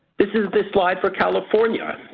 this is the slide for california.